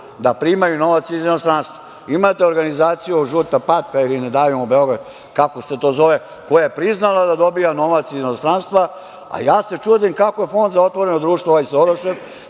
da primaju novac iz inostranstva. Imate organizaciju "žuta patka" ili "Ne davimo Beograd", koja je priznala da dobija novac iz inostranstva, a ja se čudim kako je Fond za otvoreno društvo, ovaj Sorošev,